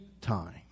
time